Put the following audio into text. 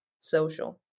social